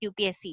UPSC